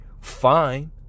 fine